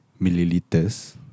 Milliliters